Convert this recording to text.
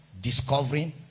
discovering